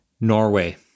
Norway